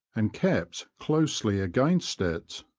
and kept closely against it.